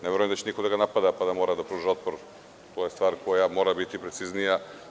Ne verujem da će niko da ga napada da mora da pruža otpor, to je stvar koja mora biti preciznija.